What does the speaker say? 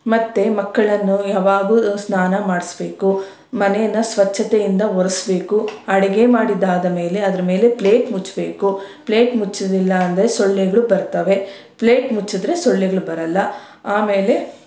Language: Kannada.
ಮತ್ತೆ ಮಕ್ಕಳನ್ನು ಯಾವಾಗೂ ಸ್ನಾನ ಮಾಡಿಸ್ಬೇಕು ಮನೇನ ಸ್ವಚ್ಛತೆಯಿಂದ ಒರೆಸ್ಬೇಕು ಅಡಿಗೆ ಮಾಡಿದಾದ ಮೇಲೆ ಅದರ ಮೇಲೆ ಪ್ಲೇಟ್ ಮುಚ್ಚಬೇಕು ಪ್ಲೇಟ್ ಮುಚ್ಚೋದಿಲ್ಲ ಅಂದರೆ ಸೊಳ್ಳೆಗಳು ಬರ್ತವೆ ಪ್ಲೇಟ್ ಮುಚ್ಚಿದ್ರೆ ಸೊಳ್ಳೆಗ್ಳು ಬರಲ್ಲ ಆಮೇಲೆ